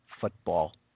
football